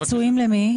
פיצויים למי?